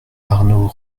arnaud